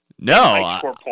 No